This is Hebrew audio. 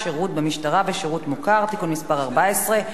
(שירות במשטרה ושירות מוכר) (תיקון מס' 14),